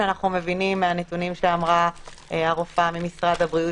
שאנחנו מבינים מהנתונים שאמרה הרופאה ממשרד הבריאות,